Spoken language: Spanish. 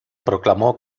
proclamó